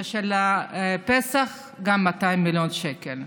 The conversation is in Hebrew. וגם של פסח עולה 200 מיליון שקל.